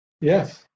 Yes